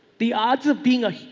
the odds of being a,